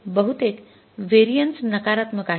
बहुतेक व्हेरिएन्स नकारात्मक आहेत